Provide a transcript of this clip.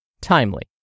timely